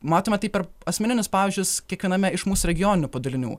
matoma tai per asmeninius pavyzdžius kiekviename iš mūsų regioninių padalinių